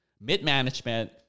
Mid-management